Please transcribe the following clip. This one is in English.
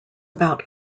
about